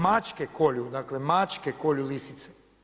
Mačke kolju, dakle mačke kolju lisice.